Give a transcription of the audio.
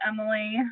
Emily